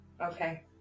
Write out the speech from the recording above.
okay